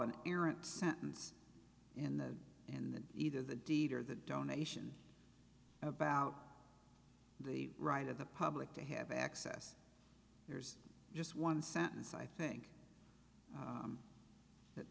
an errant sentence in the and then either the deed or the donation about the right of the public to have access there's just one sentence i think that